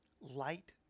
light